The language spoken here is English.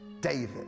David